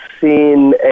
seen